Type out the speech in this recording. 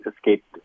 escaped